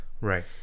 right